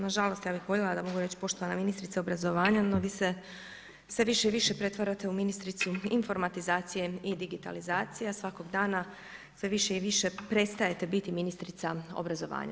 Nažalost ja bih voljela da mogu reći poštovana ministrice obrazovanja no vi se sve više i više pretvarate u ministricu informatizacije i digitalizacija, svakog dana sve više i više prestajete biti ministrica obrazovanja.